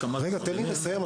רגע, תן לי לסיים.